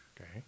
Okay